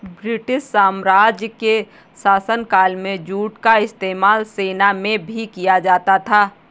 British साम्राज्य के शासनकाल में जूट का इस्तेमाल सेना में भी किया जाता था